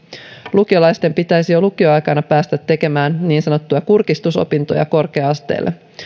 lukiolaisten pitäisi jo lukioaikana päästä tekemään niin sanottuja kurkistusopintoja korkea asteelle